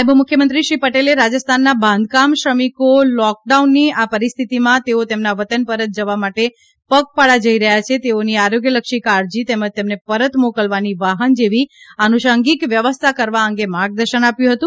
નાયબ મ્રખ્યમંત્રી શ્રી પટેલે રાજસ્થાનના બાંધકામ શ્રમિકો લોકડાઉનની આ પરિસ્થિતિમાં તેઓ તેમના વતન પરત જવા માટે પગપાળા જઇ રહ્યા છે તેઓની આરોગ્યલક્ષી કાળજી તેમજ તેમને પરત મોકલવાની વાહન જેવી આનુષાંગિક વ્યવસ્થા કરવા અંગે માર્ગદર્શન માગ્યું હતું